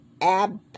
Ab